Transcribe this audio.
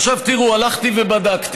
עכשיו, תראו, הלכתי ובדקתי